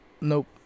Nope